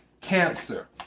Cancer